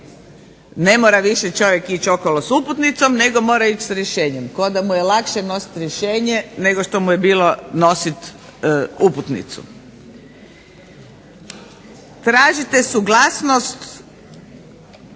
Ne mora više čovjek ići okolo sa uputnicom nego mora ići s rješenjem, kao da mu je lakše nositi rješenje nego što mu je bilo lakše nositi uputnicu. Tražite suglasnost